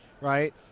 right